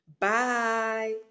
Bye